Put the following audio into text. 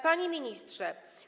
Panie Ministrze!